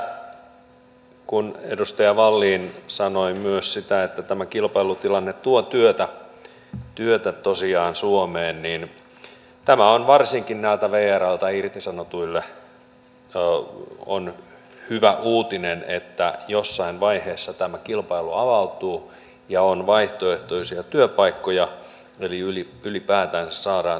sitten kun tässä edustaja wallin sanoi myös sitä että tämä kilpailutilanne tuo työtä tosiaan suomeen tämä on varsinkin näille vrltä irtisanotuille hyvä uutinen että jossain vaiheessa tämä kilpailu avautuu ja on vaihtoehtoisia työpaikkoja eli ylipäätänsä saadaan töitä tänne